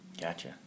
Gotcha